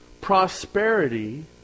Prosperity